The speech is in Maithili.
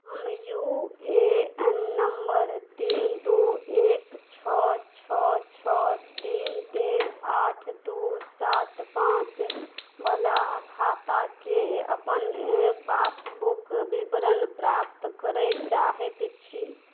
हम यू ए एन नम्बर तीन दू एक छओ छओ छओ तीन तीन आठ दू सात पाँचवला खाताके अपन पासबुक विवरण प्राप्त करय चाहैत छी